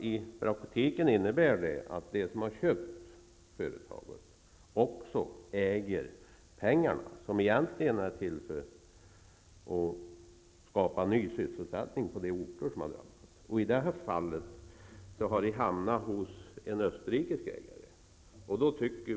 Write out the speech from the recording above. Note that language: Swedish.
I praktiken innebär det att de som har köpt företaget också äger pengarna, som egentligen är till för att skapa ny sysselsättning på de orter som har drabbats. I det här fallet har pengarna hamnat hos en österrikisk ägare.